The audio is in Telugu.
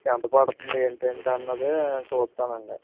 ఎంత పడుతుంది ఏంటి అన్నది చూస్తాను అండి